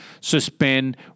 suspend